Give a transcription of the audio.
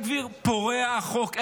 בן גביר הוא פורע חוק.